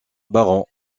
baron